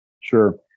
Sure